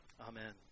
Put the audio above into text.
Amen